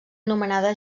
anomenada